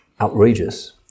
outrageous